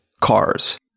cars